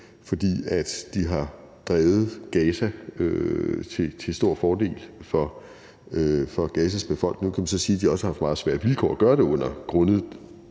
fordi de har drevet Gaza til stor fordel for Gazas befolkning. Nu kan man så sige, at de også har haft meget svære vilkår at gøre det under grundet